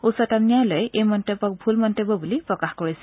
উচ্চতম ন্যায়ালয়ে এই মন্তব্যক ভূল মন্তব্য বুলি প্ৰকাশ কৰিছিল